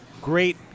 Great